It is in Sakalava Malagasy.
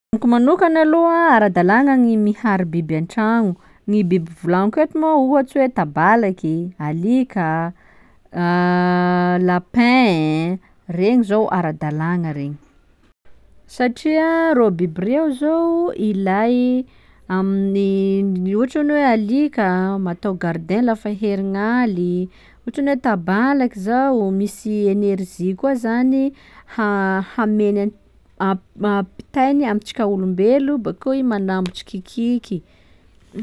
Amiko manokana aloha, ara-dàlagna gny mihary biby an-tragno, gny biby volagniko eto moa ohatsy hoe: tabalaky, alika, lapin, regny zô ara-dàlagna regny; satria reo biby reo zô ilay amin'ny ôtrany oe alika mba atao gardien lafa herignaly, ôtrany oe tabalaky zao misy enerizy koa zany ha- hameny am- a- ampitainy amintsika olombelo bakeo igny manambitsy tsikiky.